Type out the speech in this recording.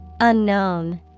Unknown